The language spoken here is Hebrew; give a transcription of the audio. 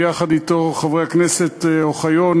יחד אתו חברי הכנסת אוחיון,